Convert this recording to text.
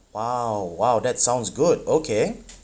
!wow! !wow! that sounds good okay